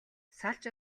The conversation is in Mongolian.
салж